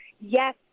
Yes